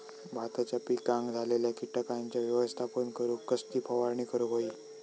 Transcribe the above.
भाताच्या पिकांक झालेल्या किटकांचा व्यवस्थापन करूक कसली फवारणी करूक होई?